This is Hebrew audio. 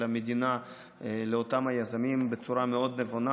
המדינה לאותם יזמים בצורה מאוד נבונה.